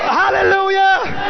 hallelujah